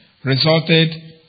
Resulted